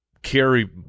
carry